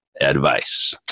advice